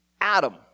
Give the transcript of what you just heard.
Adam